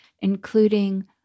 including